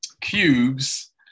cubes